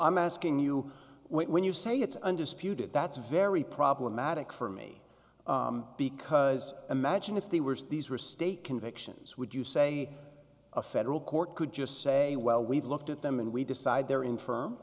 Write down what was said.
i'm asking you when you say it's undisputed that's very problematic for me because imagine if they were these were state convictions would you say a federal court could just say well we've looked at them and we decide they're infirm